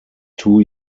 two